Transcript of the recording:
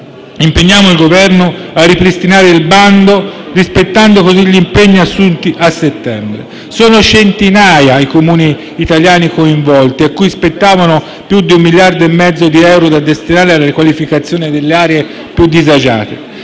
impegniamo il Governo a ripristinare il bando, rispettando così gli impegni assunti a settembre scorso. Sono centinaia i Comuni italiani coinvolti a cui spettavano più di 1,5 miliardi di euro da destinare alla riqualificazione delle aree più disagiate.